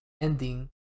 ending